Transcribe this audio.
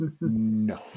No